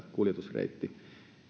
kuljetusreitti